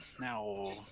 Now